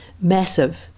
massive